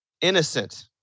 Innocent